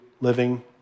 living